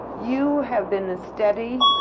you have been a steady,